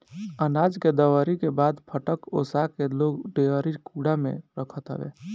अनाज के दवरी के बाद फटक ओसा के लोग डेहरी कुंडा में रखत हवे